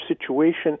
situation